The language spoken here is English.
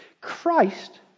Christ